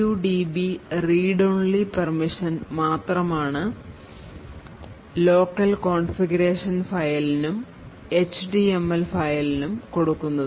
PUDB read only permission മാത്രമാണ് മാത്രമാണ് local configuration ഫയലിലും എച്ച്ടിഎംഎൽ ഫയലിലും കൊടുക്കുന്നത്